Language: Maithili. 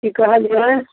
की कहलियै